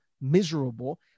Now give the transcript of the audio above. miserable